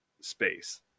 space